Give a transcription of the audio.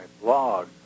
blog